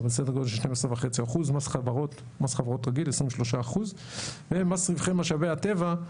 אבל סדר גודל של 12.5%. מס חברות רגיל 23% ומס רווחי משאבי הטבע,